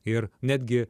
ir netgi